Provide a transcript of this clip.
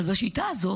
אז בשיטה הזאת,